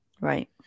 Right